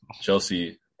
Chelsea